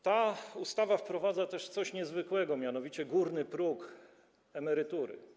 Ta ustawa wprowadza też coś niezwykłego, mianowicie górny próg emerytury.